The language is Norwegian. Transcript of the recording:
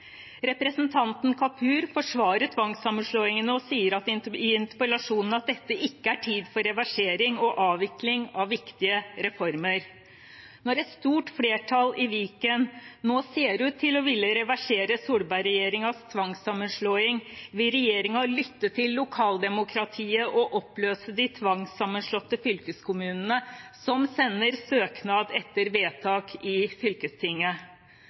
Representanten Kapur forsvarer tvangssammenslåingene og sier i interpellasjonen at dette ikke er tid for reversering og avvikling av viktige reformer. Når et stort flertall i Viken nå ser ut til å ville reversere Solberg-regjeringens tvangssammenslåing, vil regjeringen lytte til lokaldemokratiet og oppløse de tvangssammenslåtte fylkeskommunene som sender søknad etter vedtak i fylkestinget.